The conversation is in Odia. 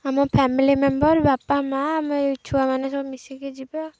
ଆମ ଫ୍ୟାମିଲି ମେମ୍ବର ବାପା ମାଆ ଆମେ ଏଇ ଛୁଆମାନେ ସବୁ ମିଶିକି ଯିବେ